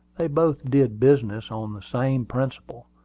they both did business on the same principle.